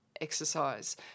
exercise